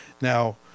Now